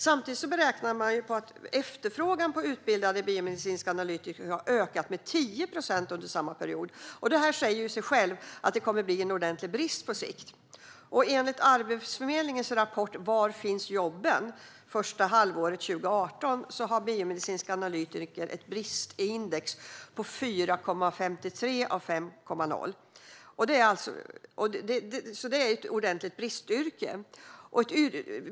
Samtidigt räknar man med att efterfrågan på utbildade biomedicinska analytiker kommer att öka med 10 procent under samma period, och det säger sig självt att det kommer att bli en ordentlig brist på sikt. Enligt Arbetsförmedlingens rapport Var finns jobben? för första halvåret 2018 har biomedicinska analytiker ett bristindex på 4,53 av 5,00. Det är alltså ett bristyrke.